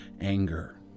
anger